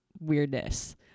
weirdness